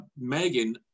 Megan